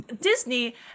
Disney